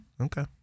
Okay